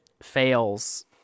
fails